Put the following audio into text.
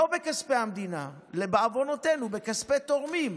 לא בכספי המדינה, בעוונותינו, בכספי תורמים,